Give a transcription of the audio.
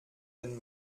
den